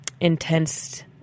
intense